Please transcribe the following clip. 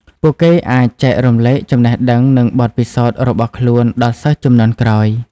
ពួកគេអាចចែករំលែកចំណេះដឹងនិងបទពិសោធន៍របស់ខ្លួនដល់សិស្សជំនាន់ក្រោយ។